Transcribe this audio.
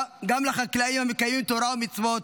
גם לחקלאים המקיימים תורה ומצוות,